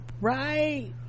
right